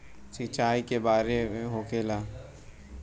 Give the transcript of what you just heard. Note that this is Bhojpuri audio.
सिंचाई के बार होखेला?